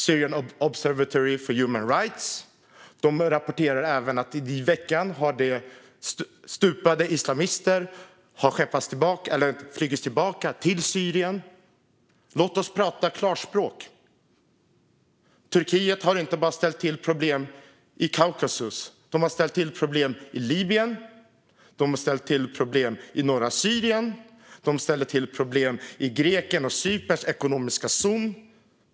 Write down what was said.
Syrian Observatory for Human Rights rapporterade i veckan att stupade islamister har flugits tillbaka till Syrien. Låt oss tala klarspråk! Turkiet har inte bara ställt till med problem i Kaukasus, utan de har också ställt till med problem i Libyen, i norra Syrien och i Greklands och Cyperns ekonomiska zon.